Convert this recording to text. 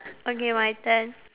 okay my turn